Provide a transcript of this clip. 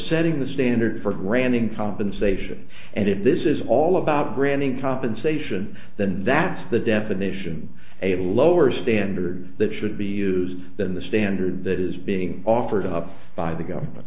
setting the standard for and in compensation and if this is all about granting compensation then that's the definition a lower standard that should be used than the standard that is being offered up by the government